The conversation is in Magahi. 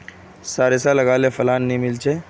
सारिसा लगाले फलान नि मीलचे?